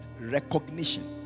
recognition